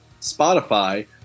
Spotify